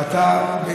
ואתה,